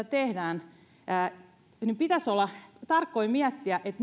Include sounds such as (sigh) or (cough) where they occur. (unintelligible) tehdään pitäisi tarkoin miettiä se että (unintelligible)